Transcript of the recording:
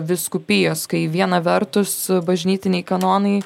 vyskupijos kai viena vertus bažnytiniai kanonai